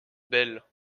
belle